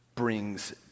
brings